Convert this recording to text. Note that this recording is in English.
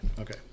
Okay